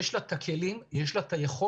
יש לה את הכלים ויש לה את היכולת